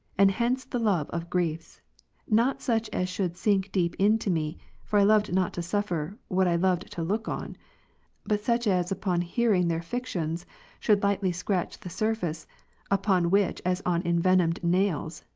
and hence the love of griefs not such as should sink deep into me for i loved not to suffer, what i loved to look on but such as upon hearing their fictions should lightly scratch the surface upon which as on envenomed nails,